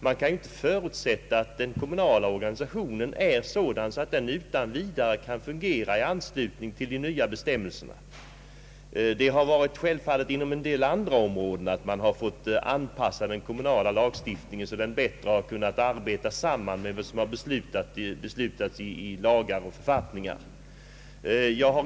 Man kan ju inte förutsätta att den kommunala organisationen är så utbyggd, att den utan vidare kan fungera i anslutning till de nya bestämmelserna. På en del andra områden har det varit en självklar sak att anpassa den kommunala lagstiftningen till lagar och författningar på ett sådant sätt att en bättre samordning kommer till stånd.